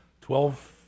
Twelve